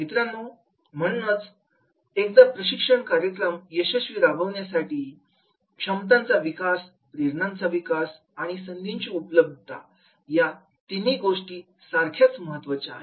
मित्रांनो म्हणूनच एकदा प्रशिक्षण कार्यक्रम यशस्वीरित्या राबवण्यासाठी क्षमतांचा विकास प्रेरणांचा विकास आणि संधीची उपलब्धता या तिन्ही गोष्टी सारख्याच महत्त्वाच्या आहेत